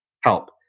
help